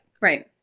Right